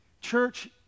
Church